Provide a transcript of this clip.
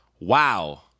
Wow